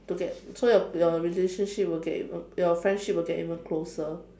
to get so your your relationship will get even your friendship will get even closer